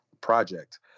project